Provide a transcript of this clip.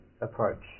approach